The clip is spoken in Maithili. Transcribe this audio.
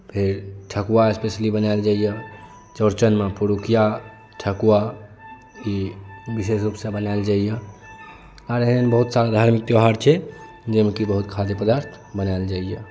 फेर ठकुआ स्पेशली बनायल जाइए चौड़चनमे पुरुकिया ठकुआ ई विशेष रूपसँ बनायल जाइए आओर एहन बहुत सारा धर्मिक त्यौहार छै जाहिमे कि बहुत खाद्य पदार्थ बनायल जाइए